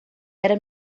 era